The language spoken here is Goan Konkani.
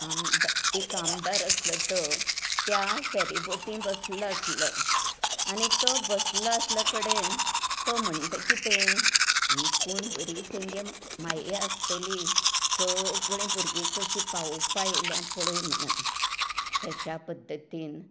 आमदा एक आमदार आसलो तो त्या फेरी बोटींत बसलो आसलो आनी तो बसलो आसले कडेन तो म्हणटा कितें ही कोण बरीं तेंगें माये आसतली सगळीं भुरगीं कशीं पावोवपाक येयलां पळय म्हणून अश्या पद्दतीन